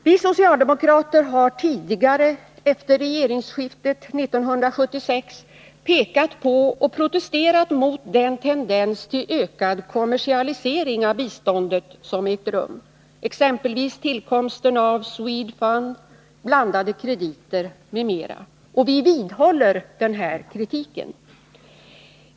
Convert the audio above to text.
Vi socialdemokrater har tidigare efter regeringsskiftet 1976 pekat på och protesterat mot den tendens till ökad kommersialisering av biståndet som ägt rum — tillkomsten av Swedfund, blandade krediter m.m. —, och vi vidhåller denna kritik.